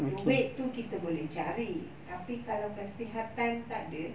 duit itu kita boleh cari tapi kalau kesihatan tak ada